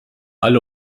alle